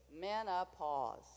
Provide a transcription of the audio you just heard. menopause